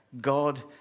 God